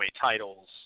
titles